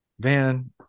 van